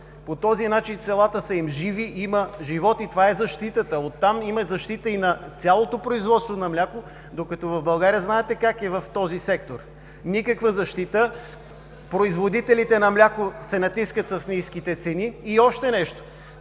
По този начин селата са им живи и има животни. Това е защитата. Оттам има защита и на цялото производство на мляко, докато в България, знаете как е в този сектор – никаква защита, производителите на мляко се натискат с ниските цени, и още нещо